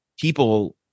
people